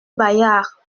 bayard